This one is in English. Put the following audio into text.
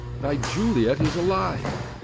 thy juliet is alive,